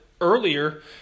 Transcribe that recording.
earlier